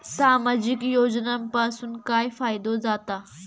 सामाजिक योजनांपासून काय फायदो जाता?